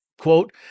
quote